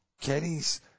Kenny's